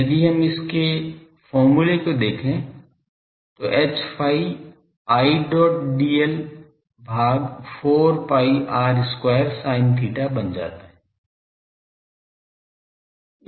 यदि हम इसकी फॉर्मूले को देखें तो Hϕ Idl भाग 4 pi r square sin theta बन जाता है